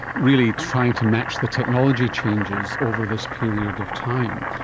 really trying to match the technology changes over this period of time,